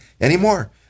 anymore